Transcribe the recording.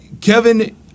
Kevin